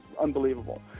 unbelievable